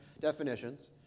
definitions